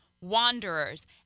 wanderers